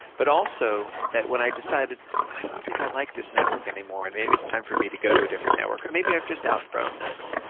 but also that when i decided i don't think i like this network anymore and maybe it's time for me to go to a different network, or maybe i've just outgrown this,